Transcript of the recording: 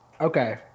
Okay